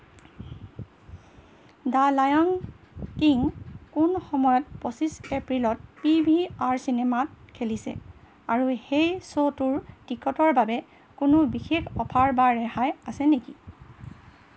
the lion king কোন সময়ত পঁচিছ এপ্ৰিলত পি ভি আৰ চিনেমাত খেলিছে আৰু সেই শ্ব টোৰ টিকটৰ বাবে কোনো বিশেষ অফাৰ বা ৰেহাই আছে নেকি